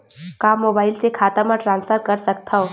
का मोबाइल से खाता म ट्रान्सफर कर सकथव?